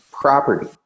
property